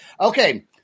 Okay